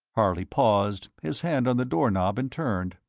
harley paused, his hand on the door knob, and turned.